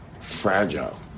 fragile